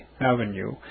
Avenue